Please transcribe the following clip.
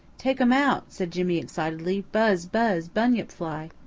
take um out, said jimmy excitedly. buzz buzz bunyip fly.